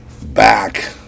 Back